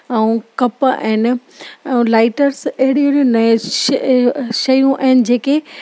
ऐं कप आहिनि ऐं लाइटर्स अहिड़ियूं अहिड़ियूं नएं शइ शयूं आहिनि जेके